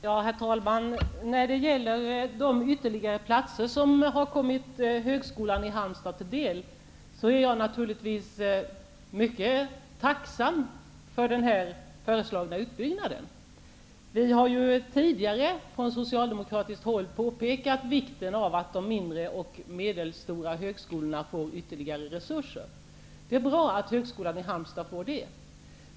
Herr talman! Jag är naturligtvis mycket tacksam för den föreslagna utbyggnaden och de ytterligare platser som skall komma högskolan i Halmstad till del. Vi har tidigare från socialdemokratiskt håll påpekat vikten av att de mindre och medelstora högskolorna får ytterligare resurser. Det är bra att högskolan i Halmstad får det.